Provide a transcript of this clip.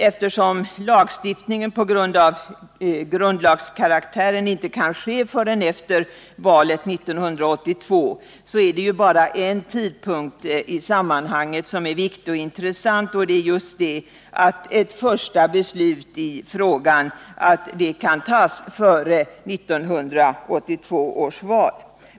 Eftersom lagstiftning till följd av grundlagskaraktären inte kan ske förrän efter valet 1982 är det ju bara en sak beträffande tidpunkten som är viktig och intressant i sammanhanget, nämligen att ett första beslut i frågan kan fattas före 1982 års val.